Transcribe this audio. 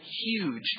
huge